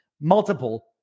multiple